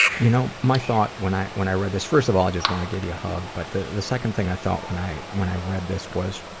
you know, my thought when i when i read this, first of all, i just wanna give you a hug, but the the second thing i thought when i when i read this was.